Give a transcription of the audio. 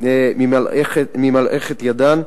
ממלאכת ידן,